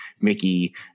mickey